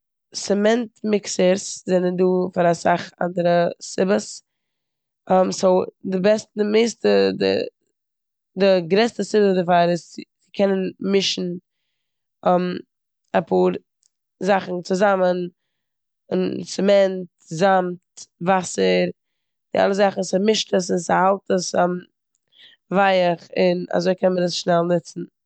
סעמענט מיקערס סענען דא פאר אסאך אנדערע סיבות. סאו די בע- די מערסטע- די- די גרעסטע סיבה דערפאר איז צו קענען מישן אפאר זאכן צוזאמען, סעמענט, זאמד, וואסער, די אלע זאכן. ס'מישט עס און ס'האלט עס ווייך און אזוי קען מען עס שנעל נוצן.